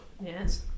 Yes